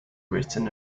written